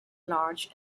large